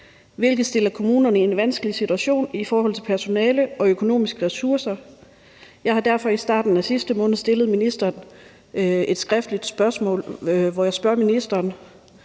hvilket stiller kommunerne i en vanskelig situation i forhold til personale og økonomiske ressourcer. Jeg har derfor i starten af sidste måned stillet ministeren et skriftligt spørgsmål, hvor jeg spørger ministeren